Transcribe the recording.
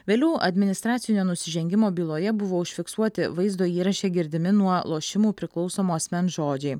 vėliau administracinio nusižengimo byloje buvo užfiksuoti vaizdo įraše girdimi nuo lošimų priklausomo asmens žodžiai